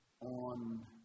on